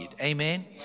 Amen